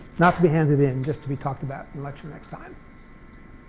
not to be handed in just to be talked about in the lecture next time.